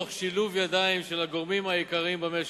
תוך שילוב ידיים של הגורמים העיקריים במשק,